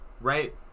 right